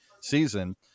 season